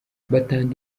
batanga